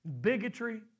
bigotry